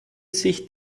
sich